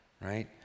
right